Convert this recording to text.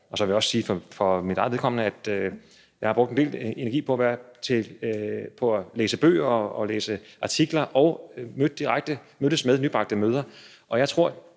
Så vil jeg sige, at for mit eget vedkommende har jeg brugt en del energi på at læse bøger og læse artikler og på at mødes